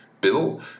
bill